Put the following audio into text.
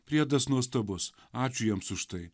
priedas nuostabus ačiū jiems už tai